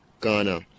Ghana